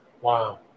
Wow